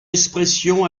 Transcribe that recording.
expression